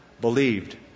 believed